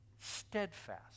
steadfast